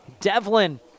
Devlin